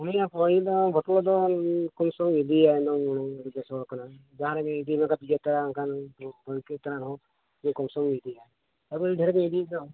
ᱩᱱᱤᱭᱟᱜ ᱠᱚᱭᱫᱟ ᱜᱷᱚᱴᱚᱞᱟ ᱫᱚ ᱠᱚᱢᱥᱚᱢ ᱤᱫᱤᱭᱟ ᱦᱩᱱᱟᱹᱝ ᱵᱟᱲᱟ ᱠᱟᱱᱟ ᱡᱟᱦᱟᱸ ᱨᱮᱜᱮ ᱤᱫᱤ ᱞᱟᱜᱟᱫ ᱡᱮᱴᱟ ᱚᱱᱠᱟᱱᱟᱝ ᱥᱟᱭᱠᱮᱞ ᱛᱟᱱᱟᱝ ᱨᱮ ᱦᱚᱸ ᱥᱮ ᱠᱚᱢᱥᱚᱢ ᱤᱫᱤᱭᱟ ᱟᱹᱵᱤᱱ ᱰᱷᱮᱹᱨ ᱵᱤᱱ ᱤᱫᱤᱭᱮᱫ ᱫᱚ